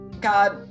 god